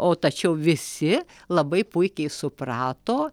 o tačiau visi labai puikiai suprato